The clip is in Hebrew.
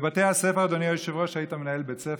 בבתי הספר, אדוני היושב-ראש, היית מנהל בית ספר,